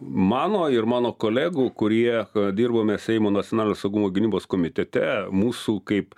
mano ir mano kolegų kurie dirbome seimo nacionalinio saugumo ir gynybos komitete mūsų kaip